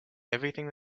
everything